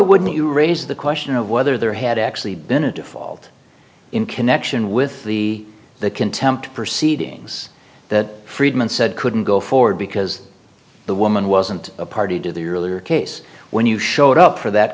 wouldn't you raise the question of whether there had actually been a default in connection with the the contempt proceedings that friedman said couldn't go forward because the woman wasn't a party to the earlier case when you showed up for that